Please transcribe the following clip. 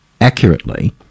accurately